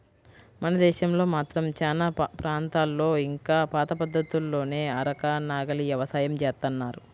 మన దేశంలో మాత్రం చానా ప్రాంతాల్లో ఇంకా పాత పద్ధతుల్లోనే అరక, నాగలి యవసాయం జేత్తన్నారు